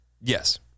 Yes